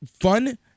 fun